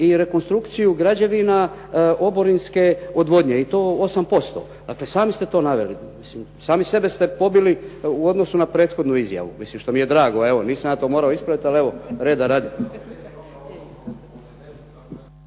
i rekonstrukciju građevina oborinske odvodnje, i to 8%. Dakle sami ste to naveli. Sami sebe ste pobili u odnosu na prethodnu izjavu, mislim što mi je drago. Evo nisam ja to morao ispraviti, ali evo reda radi.